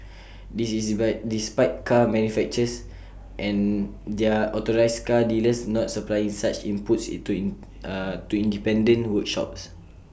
this is despite car manufacturers and their authorised car dealers not supplying such inputs to independent workshops